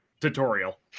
tutorial